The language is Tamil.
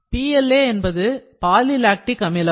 PLA என்பது பாலி லாக்டிக் அமிலம்